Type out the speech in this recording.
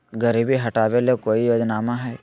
गरीबी हटबे ले कोई योजनामा हय?